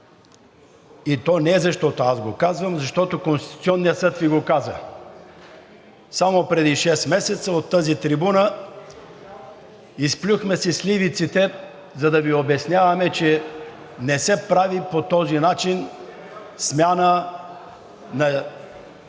и то не защото аз го казвам, а защото Конституционният съд Ви го каза. Само преди шест месеца от тази трибуна изплюхме си сливиците, за да Ви обясняваме, че не се прави по този начин смяна на